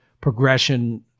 progression